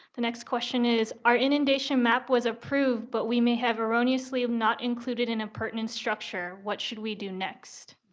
the next question is, our inundation map was approved, but we may have erroneously not included an appurtenance structure. what should we do next?